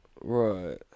Right